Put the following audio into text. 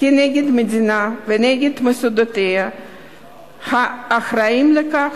נגד המדינה ונגד מוסדותיה האחראים לכך